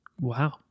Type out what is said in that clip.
wow